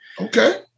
Okay